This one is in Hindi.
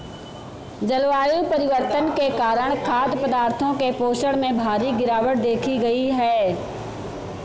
जलवायु परिवर्तन के कारण खाद्य पदार्थों के पोषण में भारी गिरवाट देखी गयी है